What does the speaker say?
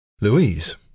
Louise